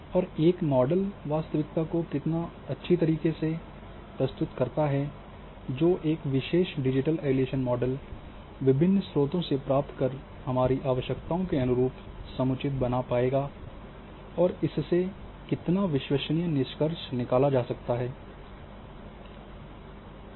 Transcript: और एक मॉडल वास्तविकता को कितनी अच्छी तरह से प्रदर्शित करता है जो एक विशेष डिजिटल एलिवेशन मॉडल विभिन्न स्रोतों से प्राप्त कर हमारी आवश्यकताओं के अनुरूप समुचित बना पाएगा और इससे कितना विश्वसनीय निष्कर्ष निकाला जा सकता है जो